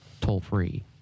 toll-free